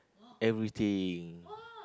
everything